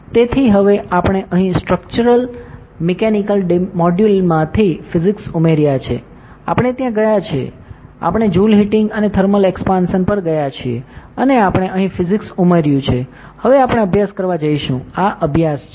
તેથી હવે આપણે અહીં સ્ટ્રક્ચરલ મિકેનિક્સ મોડ્યુલમાંથી ફિઝિક્સ ઉમેર્યા છે આપણે ત્યાં ગયા છે આપણે જૂલ હીટિંગ અને થર્મલ એક્સપાંશન પર ગયા છે અને આપણે અહીં ફિઝિક્સ ઉમેર્યું છે હવે આપણે અભ્યાસ કરવા જઈશું આ અભ્યાસ છે